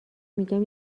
میگم